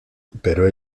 pero